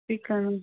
ती